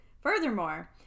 Furthermore